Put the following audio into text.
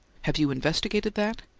have you investigated that?